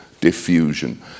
diffusion